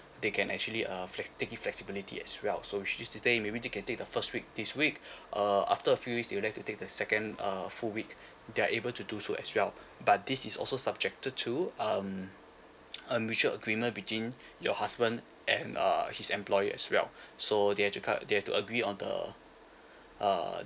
they can actually uh flex take it flexibility as well so which means to say maybe they can take the first week this week uh after a few weeks they would like to take the second uh full week they're able to do so as well but this is also subjected to um a mutual agreement between your husband and err his employer as well so they have to cut they have to agree on the uh